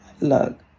look